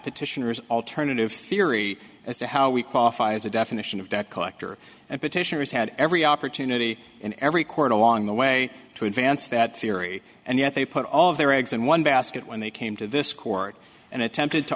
petitioners alternative theory as to how we qualify as a definition of debt collector and petitioners had every opportunity in every court along the way to advance that theory and yet they put all their eggs in one basket when they came to this court and attempted to